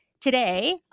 Today